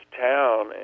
town